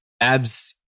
Abs